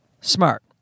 smart